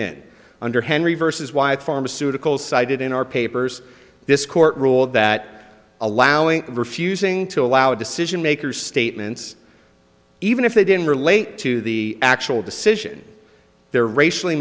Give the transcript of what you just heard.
in under henry versus wyatt pharmaceuticals cited in our papers this court ruled that allowing refusing to allow decision makers statements even if they didn't relate to the actual decision their racially